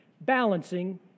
balancing